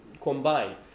combined